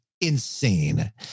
insane